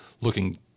looking